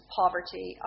poverty